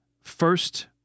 First